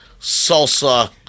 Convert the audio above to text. salsa